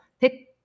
pick